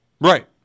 Right